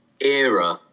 era